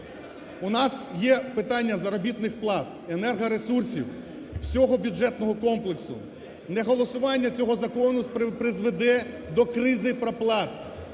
У нас є питання заробітних плат, енергоресурсів, всього бюджетного комплексу. Не голосування цього закону призведе до кризи проплат.